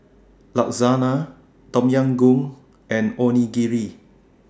Lasagna Tom Yam Goong and Onigiri